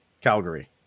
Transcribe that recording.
Calgary